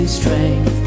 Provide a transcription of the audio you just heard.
strength